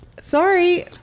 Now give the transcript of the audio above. Sorry